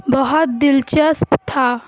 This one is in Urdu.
بہت دلچسپ تھا